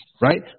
right